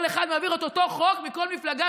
כל אחד מעביר את אותו חוק מכל מפלגה,